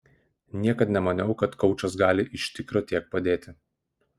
niekad nemaniau kad koučas gali iš tikro tiek padėti